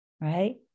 right